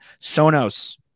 Sonos